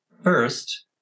first